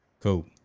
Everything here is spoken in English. cool